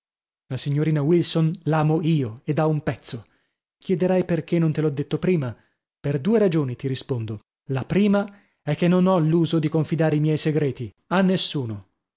la signorina wilson l'amo io e da un pezzo chiederai perchè non te l'ho detto prima per due ragioni ti rispondo la prima è che non ho l'uso di confidare i miei segreti a nessuno